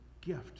gift